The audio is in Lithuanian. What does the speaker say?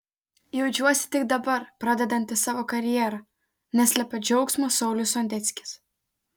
jaučiuosi tik dabar pradedantis savo karjerą neslepia džiaugsmo saulius sondeckis